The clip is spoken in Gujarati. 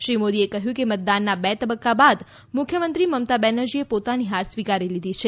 શ્રી મોદીએ કહ્યું કે મતદાનના બે તબક્કા બાદ મુખ્યમંત્રી મમતા બેનર્જીએ પોતાની હાર સ્વીકારી લીધી છે